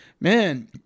man